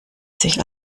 sich